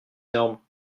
normes